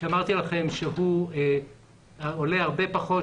אמרתי לכם שהוא עולה הרבה פחות,